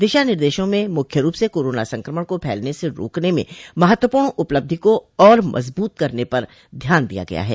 दिशा निर्देशों में मुख्य रूप से कोरोना संक्रमण का फैलने से रोकने में महत्वपूर्ण उपलब्धि को और मजबूत करने पर ध्यान दिया गया है